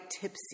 tipsy